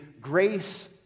grace